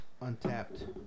Untapped